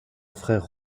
frère